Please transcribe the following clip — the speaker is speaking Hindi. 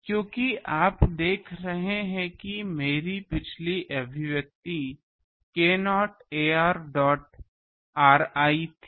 क्योंकि आप देख रहे हैं कि मेरी पिछली अभिव्यक्ति k0 ar डॉट ri थी